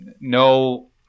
No